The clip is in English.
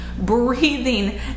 breathing